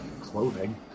Clothing